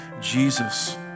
Jesus